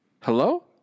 Hello